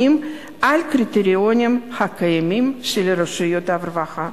לקריטריונים הקיימים של רשויות הרווחה.